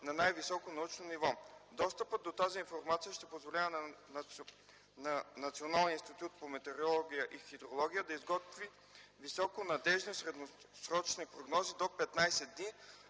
на най-високо научно ниво. Достъпът до тази информация ще позволява на Националния институт по метеорология и хидрология да изготвя високо надеждни средносрочни прогнози до 15 дни,